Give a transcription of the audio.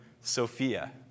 Sophia